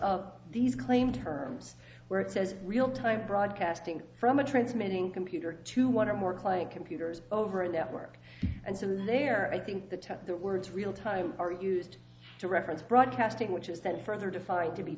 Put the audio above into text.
of these claim terms where it says real time broadcasting from a transmitting computer to want to work like computers over a network and so there i think the took the words real time are used to reference broadcasting which is then further defined to be